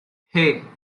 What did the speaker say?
hey